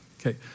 Okay